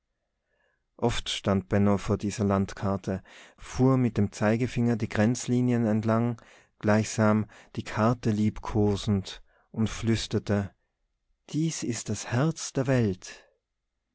oft stand benno vor dieser landkarte fuhr mit dem zeigefinger die grenzlinien entlang gleichsam die karte liebkosend und flüsterte dies ist das herz der welt